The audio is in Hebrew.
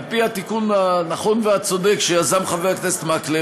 על-פי התיקון הנכון והצודק שיזם חבר הכנסת מקלב,